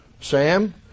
Sam